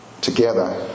together